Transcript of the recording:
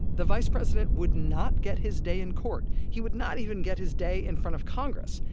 the vice president would not get his day in court, he would not even get his day in front of congress,